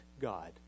God